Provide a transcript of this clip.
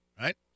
right